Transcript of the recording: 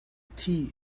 tea